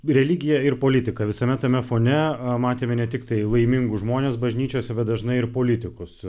religija ir politika visame tame fone matėme ne tiktai laimingus žmones bažnyčiose bet dažnai ir politikus